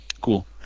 cool